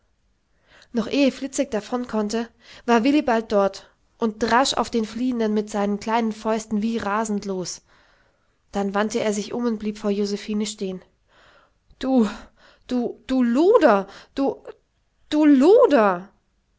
noch ehe fliczek davon konnte war willibald dort und drasch auf den fliehenden mit seinen kleinen fäusten wie rasend los dann wandte er sich um und blieb vor josephine stehen du du du luder du du luder